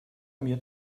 mir